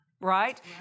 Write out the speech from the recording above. right